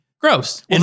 gross